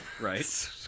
Right